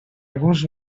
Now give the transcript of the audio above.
alguns